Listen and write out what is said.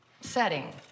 setting